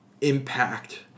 impact